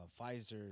Pfizer